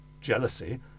jealousy